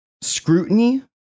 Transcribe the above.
scrutiny